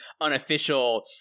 unofficial